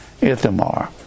Ithamar